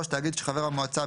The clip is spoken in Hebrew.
תאגיד שחבר המועצה,